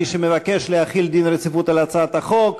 מי שמבקש להחיל דין רציפות על הצעת החוק,